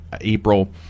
April